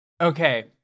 Okay